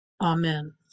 Amen